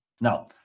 Now